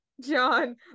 John